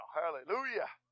hallelujah